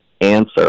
answer